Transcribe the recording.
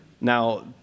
Now